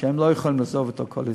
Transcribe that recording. הם לא יכולים לעזוב את הקואליציה.